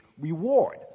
reward